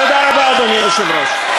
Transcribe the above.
תודה רבה, אדוני היושב-ראש.